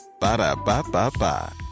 Ba-da-ba-ba-ba